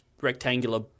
rectangular